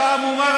אתה תסתום.